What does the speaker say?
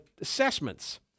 assessments